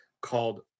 called